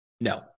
No